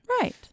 Right